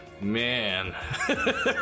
man